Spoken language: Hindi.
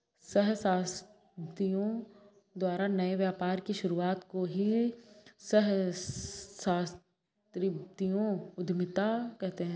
सहस्राब्दियों द्वारा नए व्यापार की शुरुआत को ही सहस्राब्दियों उधीमता कहते हैं